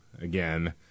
again